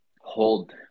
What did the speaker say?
hold